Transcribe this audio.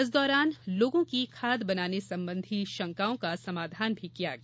इस दौरान लोगों की खाद बनाने सम्बंधी शंकाओं का समाधान भी किया गया